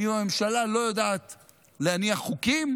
אם הממשלה לא יודעת להניח חוקים,